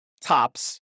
tops